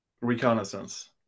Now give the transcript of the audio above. reconnaissance